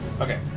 Okay